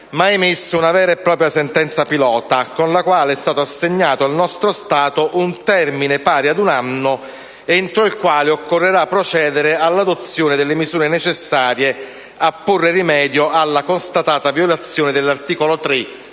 ma ha emesso una vera e propria sentenza pilota, con la quale è stato assegnato al nostro Stato un termine pari ad un anno entro il quale occorrerà procedere all'adozione delle misure necessarie a porre rimedio alla constatata violazione dell'articolo 3